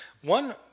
One